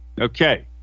Okay